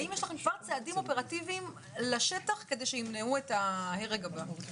האם יש לכם צעדים אופרטיביים לשטח כדי שימנעו את ההרג הבא?